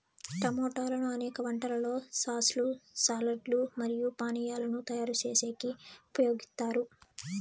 టమోటాలను అనేక వంటలలో సాస్ లు, సాలడ్ లు మరియు పానీయాలను తయారు చేసేకి ఉపయోగిత్తారు